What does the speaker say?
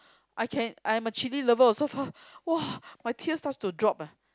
I can I am a chilli lover also !wah! my tears starts to drop leh